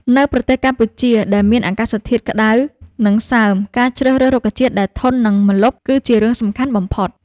នៅប្រទេសកម្ពុជាដែលមានអាកាសធាតុក្តៅ និងសើម ការជ្រើសរើសរុក្ខជាតិដែលធន់នឹងម្លប់គឺជារឿងសំខាន់បំផុត